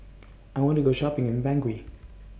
I want to Go Shopping in Bangui